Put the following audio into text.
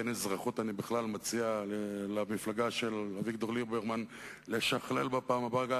אין אזרחות" אני בכלל מציע למפלגה של אביגדור ליברמן לשכלל בפעם הבאה,